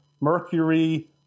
mercury